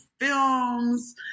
films